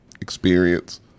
experience